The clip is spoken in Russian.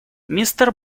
мистер